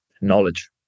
knowledge